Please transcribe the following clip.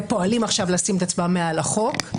ופועלים עכשיו לשים את עצמם מעל החוק,